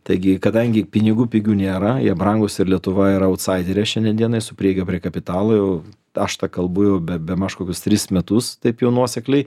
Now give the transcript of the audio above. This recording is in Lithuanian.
taigi kadangi pinigų pigių nėra jie brangūs ir lietuva yra autsaiderė šiandien dienai su prieiga prie kapitalo jau aš tą kalbu jau be bemaž kokius tris metus taip jau nuosekliai